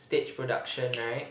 stage production right